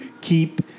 keep